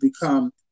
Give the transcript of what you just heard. become